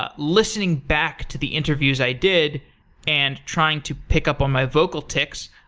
ah listening back to the interviews i did and trying to pick up on my vocal ticks.